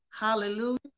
hallelujah